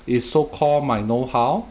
it's so called my know-how